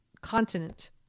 continent